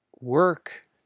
work